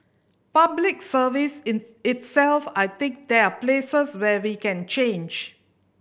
Public Service in itself I think there are places where we can change